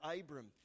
Abram